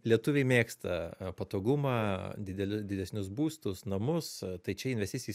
lietuviai mėgsta patogumą dideli didesnius būstus namus tai čia investicija